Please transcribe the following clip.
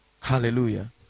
Hallelujah